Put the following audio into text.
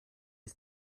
ist